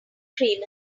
cream